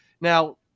Now